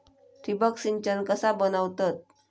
ठिबक सिंचन कसा बनवतत?